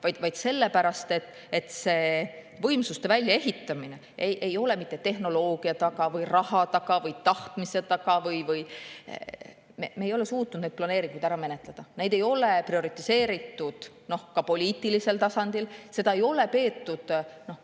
vaid sellepärast, et võimsuste väljaehitamine ei ole mitte tehnoloogia taga või raha taga või tahtmise taga või ... Me ei ole suutnud neid planeeringuid ära menetleda. Neid ei ole prioritiseeritud ka poliitilisel tasandil, seda ei ole peetud